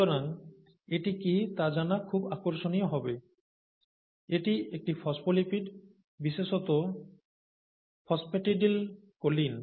সুতরাং এটি কি তা জানা খুব আকর্ষণীয় হবে এটি একটি ফসফোলিপিড বিশেষত ফসফ্যাটিডিল কোলিন